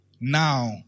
now